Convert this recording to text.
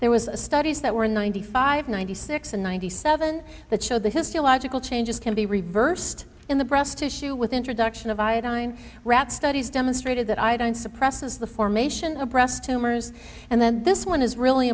there was a studies that were ninety five ninety six and ninety seven that showed the history logical changes can be reversed in the breast tissue with introduction of iodine rat studies demonstrated that iodine suppresses the formation of breast tumors and then this one is really